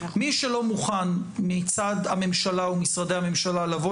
מי שלא מוכן מצד הממשלה ומשרדי הממשלה לבוא